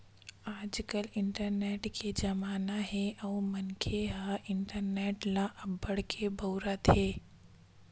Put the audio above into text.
आजकाल इंटरनेट के जमाना हे अउ मनखे ह इंटरनेट ल अब्बड़ के बउरत हे